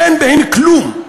אין בהם כלום.